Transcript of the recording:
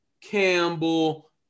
Campbell